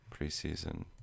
preseason